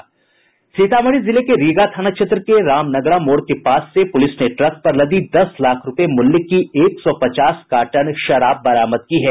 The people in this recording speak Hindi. सीतामढ़ी जिले के रीगा थाना क्षेत्र के रामनगरा मोड़ के पास से पुलिस ने ट्रक पर लदी दस लाख रूपये मूल्य की एक सौ पचास कार्टन शराब बरामद की है